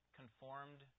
conformed